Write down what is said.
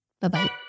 Bye-bye